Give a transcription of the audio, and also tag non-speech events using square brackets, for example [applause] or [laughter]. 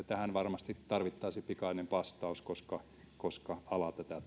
[unintelligible] tähän varmasti tarvittaisiin pikainen vastaus koska koska ala tätä [unintelligible]